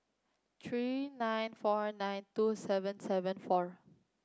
three nine four nine two seven seven four